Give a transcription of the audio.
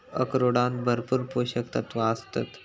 अक्रोडांत भरपूर पोशक तत्वा आसतत